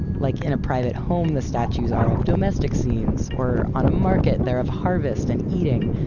like in a private home the statues are of domestic scenes, or on a market they're of harvest and eating.